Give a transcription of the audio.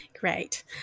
great